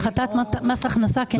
הפחתת מס הכנסה, כנגד?